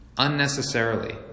unnecessarily